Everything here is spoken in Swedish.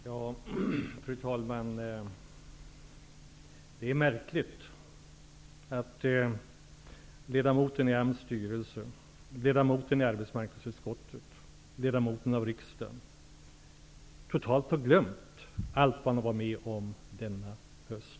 Fru talman! Det är märkligt att ledamoten av AMS styrelse, av arbetsmarknadsutskottet och av riksdagen totalt har glömt allt vi varit med om denna höst.